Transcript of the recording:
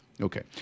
okay